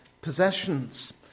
possessions